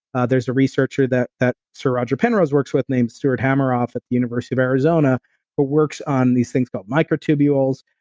ah there's a researcher that that sir roger penrose works with named stuart hameroff at the university of arizona who but works on these things called microtubules.